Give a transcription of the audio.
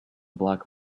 black